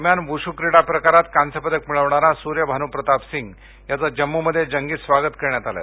दरम्यान वुश् क्रीडा प्रकारात कांस्यपदक मिळवणारा सूर्य भानू प्रताप सिंग याचं जम्मूमध्ये जंगी स्वागत करण्यात आलं